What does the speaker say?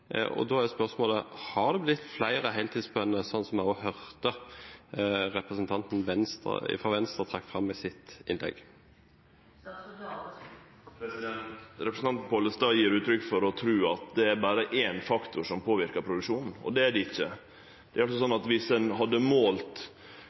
er spørsmålet: Har det blitt flere heltidsbønder – som vi også hørte representanten fra Venstre trekke fram i sitt innlegg? Representanten Pollestad gjev uttrykk for å tru at det er berre éin faktor som påverkar produksjonen. Det er det ikkje. Det er altså